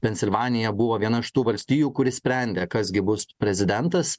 pensilvanija buvo viena iš tų valstijų kuri sprendė kas gi bus prezidentas